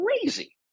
crazy